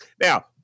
Now